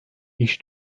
i̇ş